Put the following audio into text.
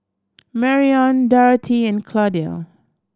Marrion Dorathea and Claudio